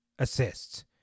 assists